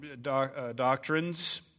doctrines